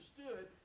understood